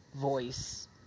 voice